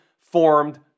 formed